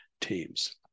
teams